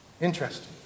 Interesting